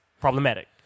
problematic